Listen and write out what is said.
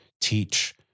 teach